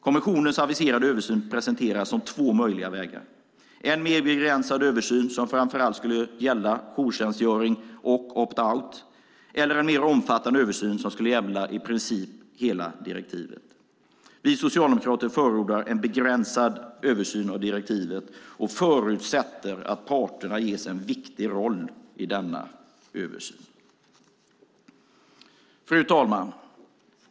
Kommissionens aviserade översyn presenteras som två möjliga vägar, antingen en mer begränsad översyn som framför allt skulle gälla jourtjänstgöring och opt-out, eller en mer omfattande översyn som skulle gälla i princip hela direktivet. Vi socialdemokrater förordar en begränsad översyn av direktivet och förutsätter att parterna ges en viktig roll i denna översyn. Fru talman!